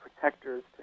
protectors